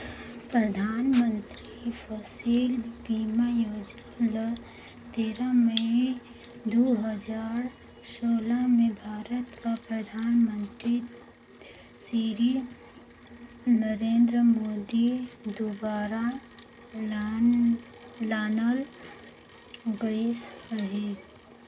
परधानमंतरी फसिल बीमा योजना ल तेरा मई दू हजार सोला में भारत कर परधानमंतरी सिरी नरेन्द मोदी दुवारा लानल गइस अहे